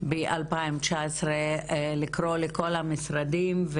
ב-2019 גרמה לקרוא לכל המשרדים,